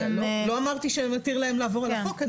לא אמרתי שזה מתיר להם לעבור על החוק,